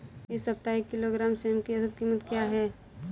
इस सप्ताह एक किलोग्राम सेम की औसत कीमत क्या है?